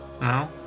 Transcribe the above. no